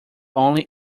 only